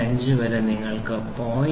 5 വരെ നിങ്ങൾക്ക് 0